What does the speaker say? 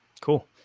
cool